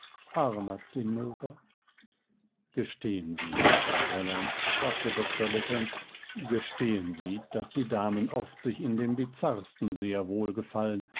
armer zinnober gestehen sie bestes fräulein sprach der doktor lächelnd gestehen sie daß die damen oft sich in dem bizarrsten sehr wohl gefallen